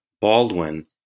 Baldwin